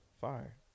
Fire